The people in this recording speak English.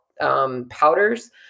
powders